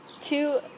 two